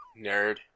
Nerd